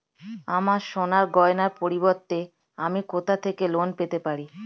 আমার সোনার গয়নার পরিবর্তে আমি কোথা থেকে লোন পেতে পারি?